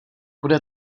bude